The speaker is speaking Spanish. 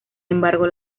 embargo